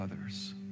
others